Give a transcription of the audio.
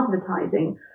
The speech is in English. Advertising